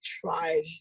try